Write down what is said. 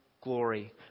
glory